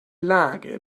lage